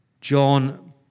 John